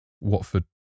watford